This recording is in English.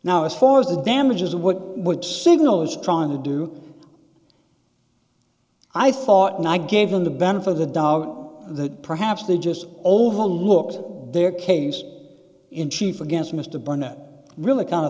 now as far as the damages what would signal is trying to do i thought and i gave them the benefit of the doubt that perhaps they just over looked their case in chief against mr barnett really kind